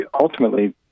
ultimately